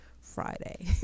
friday